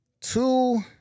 Two